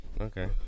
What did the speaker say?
Okay